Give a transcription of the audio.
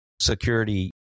security